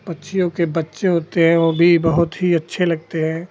पक्षियों के बच्चे होते हैं वो भी बहुत ही अच्छे लगते हैं